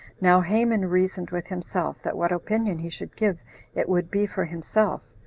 now haman reasoned with himself, that what opinion he should give it would be for himself,